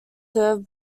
served